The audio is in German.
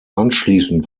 anschließend